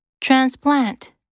Transplant